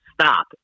stop